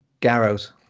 Garros